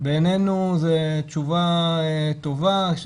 בעינינו זה תשובה טובה.